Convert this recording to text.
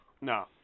no